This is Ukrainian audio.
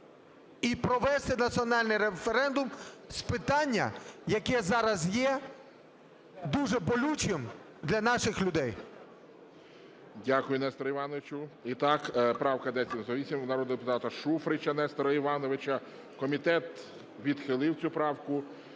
і провести національний референдум з питання, яке зараз є дуже болючим для наших людей. ГОЛОВУЮЧИЙ. Дякую, Несторе Івановичу. І так, правка 1098 народного депутата Шуфрича Нестора Івановича. Комітет відхилив цю правку.